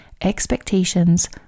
expectations